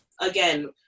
again